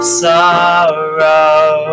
sorrow